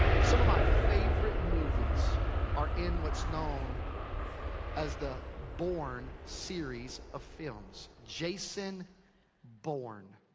some of my favorite movies are in what's known as the bourne series of films. jason bourne.